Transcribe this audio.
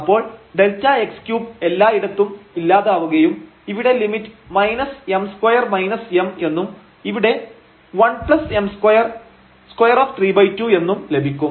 അപ്പോൾ Δx3 എല്ലായിടത്തും ഇല്ലാതാവുകയും ഇവിടെ ലിമിറ്റ് m2 m എന്നും ഇവിടെ 1m232 എന്നും ലഭിക്കും